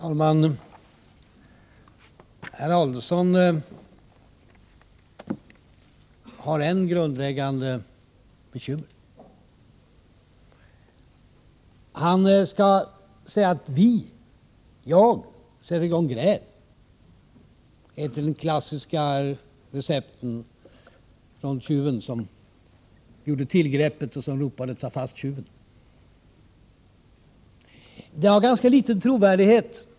Fru talman! Herr Adelsohn har ett grundläggande bekymmer. Han säger att vi — jag — sätter i gång gräl. Det gör han efter det klassiska receptet, där tjuven som gjorde tillgreppet ropade ”tag fast tjuven”. Detta har ganska liten trovärdighet.